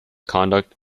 conduct